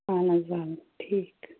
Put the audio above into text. اَہَن حظ آ ٹھیٖک